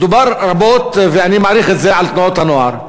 דובר רבות, ואני מעריך את זה, על תנועות הנוער.